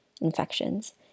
infections